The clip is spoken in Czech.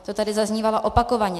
To tady zaznívalo opakovaně.